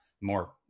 more